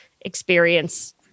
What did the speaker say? experience